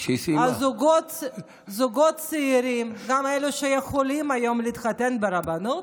זוגות צעירים, גם אלו שיכולים היום להתחתן ברבנות,